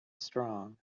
strong